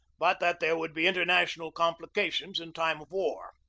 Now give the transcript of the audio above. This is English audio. but that there would be international complications in time of war.